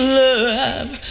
love